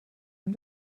ihm